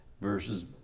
versus